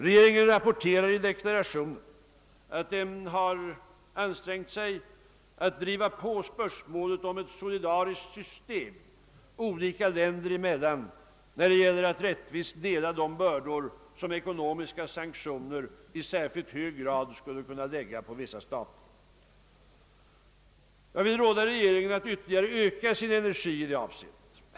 Regeringen rapporterar i deklarationen att den har ansträngt sig att driva på lösningen av frågan om ett solidariskt system olika länder emellan när det gäller att rättvist dela de bördor som ekonomiska sanktioner skulle kunna lägga på vissa stater i särskilt hög grad. Jag vill råda regeringen att öka sina ansträngningar i detta avseende.